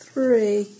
Three